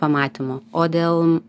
pamatymu o dėl